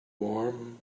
warm